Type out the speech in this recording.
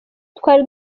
twari